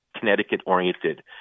Connecticut-oriented